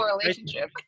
relationship